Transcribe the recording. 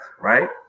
right